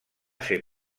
ser